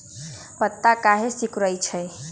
पत्ता काहे सिकुड़े छई?